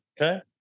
okay